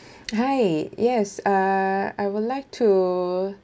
hi yes uh I would like to